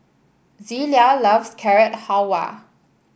Zelia loves Carrot Halwa